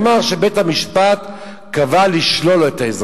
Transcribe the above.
נאמר שבית-המשפט קבע לשלול לו את האזרחות,